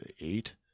eight